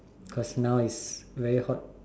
cause now is very hot